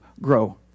grow